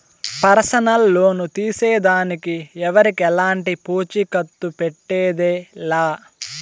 personal loan తీసేదానికి ఎవరికెలంటి పూచీకత్తు పెట్టేదె లా